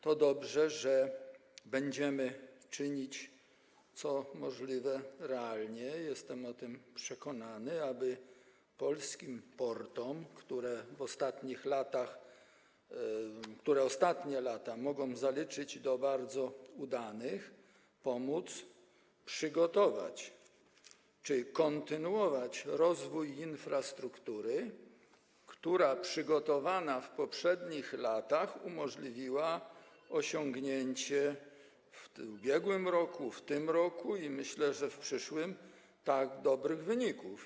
To dobrze, że będziemy czynić to, co realnie możliwe, jestem o tym przekonany, aby polskim portom, które ostatnie lata mogą zaliczyć do bardzo udanych, pomóc przygotować czy kontynuować rozwój infrastruktury, która, przygotowana w poprzednich latach, umożliwiła osiągnięcie w ubiegłym roku, w tym roku i myślę, że w przyszłym tak dobrych wyników.